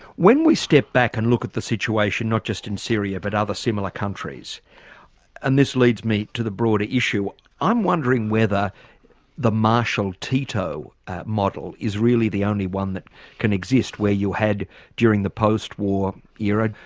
when we step back and look at the situation not just in syria but other similar countries and this leads me to the broader issue i'm wondering whether the marshal tito model is really the only one that can exist where you had during the post war era,